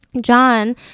John